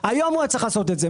היום הוא היה צריך לעשות את זה.